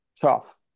tough